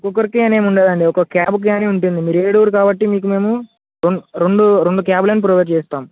ముగ్గురికి అని ఎం ఉండదండి ఒక్క క్యాబ్కి అని ఉంటుంది మీరు ఏడుగురు కాబట్టి మీకు మేము రెండు రెండు రెండు క్యాబ్ల్ని ప్రొవైడ్ చేస్తాం